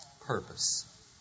purpose